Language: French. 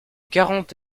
quarante